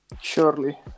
Surely